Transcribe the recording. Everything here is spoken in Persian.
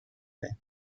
داریم